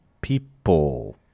people